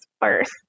first